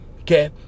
okay